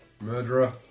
Murderer